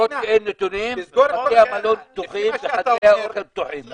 למרות שאין נתונים בתי המלון פתוחים וחדרי האוכל פתוחים.